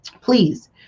please